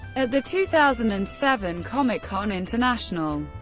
at the two thousand and seven comic-con international,